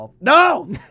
no